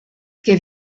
que